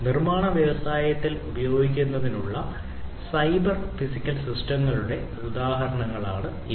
നിർമ്മാണ വ്യവസായത്തിൽ ഉപയോഗിക്കുന്നതിനുള്ള സൈബർ ഫിസിക്കൽ സിസ്റ്റങ്ങളുടെ ഉദാഹരണങ്ങളാണ് ഇവ